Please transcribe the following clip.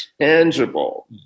tangible